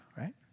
right